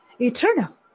Eternal